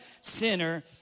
sinner